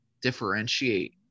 differentiate